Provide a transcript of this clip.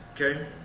Okay